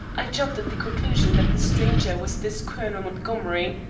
i jumped at the conclusion that the stranger was this colonel montgomery.